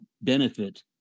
benefit